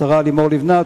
השרה לימור לבנת,